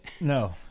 No